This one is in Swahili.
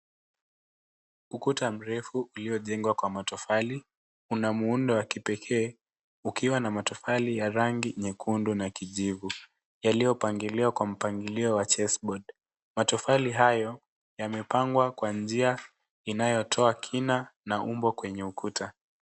Ukuta mrefu uliojengwa kwa matofali. Una muundo wa kipekee ukiwa na matofali ya rangi nyekundu na kijivu yaliyopangiliwa kwa mpangilio wa chessboard .Matofali hayo yamepangwa kwa njia inayotoa kina na umbo kwenye ukuta.